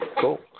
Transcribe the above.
cool